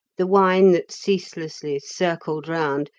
the wine that ceaselessly circled round,